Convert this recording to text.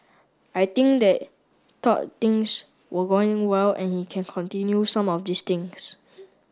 I think they thought things were going well and he can continue some of these things